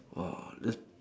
that's